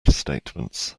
statements